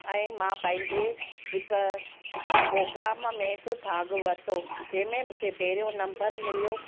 ऐं मां पंहिंजे हिकु पोग्राम में बि भाॻ वर्तो जंहिं में मूंखे पहिरियों नंबर मिलियो